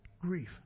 Grief